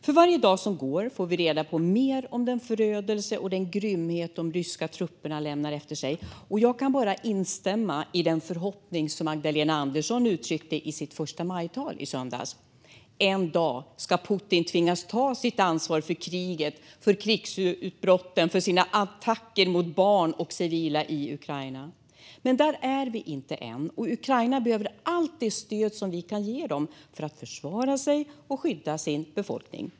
För varje dag som går får vi reda på mer om den förödelse och grymhet de ryska trupperna lämnar efter sig, och jag kan bara instämma i den förhoppning som Magdalena Andersson uttryckte i sitt förstamajtal i söndags: En dag ska Putin tvingas ta sitt ansvar för kriget, för krigsutbrotten och för sina attacker mot barn och civila i Ukraina. Där är vi dock inte än, och Ukraina behöver allt det stöd vi kan ge dem för att försvara sig och skydda sin befolkning.